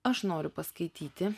aš noriu paskaityti